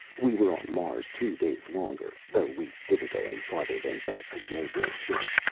we were on mars two days longer, though we didn't go any farther than back to the neighboring city.